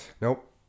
Nope